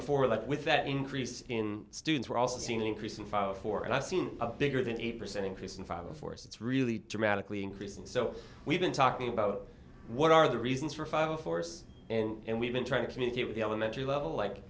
before that with that increase in students we're also seeing an increase in file for and i've seen a bigger than eight percent increase in five force it's really dramatically increasing so we've been talking about what are the reasons for fighting force and we've been trying to communicate with the elementary level like